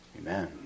Amen